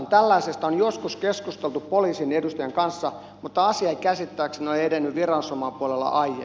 tällaisesta on joskus keskusteltu poliisin edustajan kanssa mutta asia ei käsittääkseni ole edennyt viranomaispuolella aiemmin